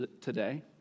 today